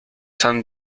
san